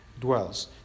dwells